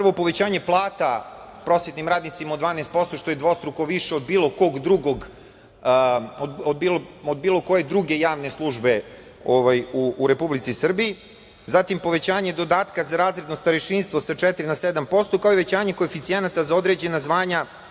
Prvo, povećanje plata prosvetnim radnicima od 12% što je dvostruko više od bilo koje druge javne službe u Republici Srbiji, zatim povećanje dodatka za razredno starešinstvo sa 4% na 7%, kao i povećanje koeficijenata za određena zvanja